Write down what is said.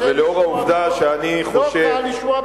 הערותיכם עד כאן נשמעו,